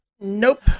Nope